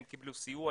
הם קיבלו סיוע,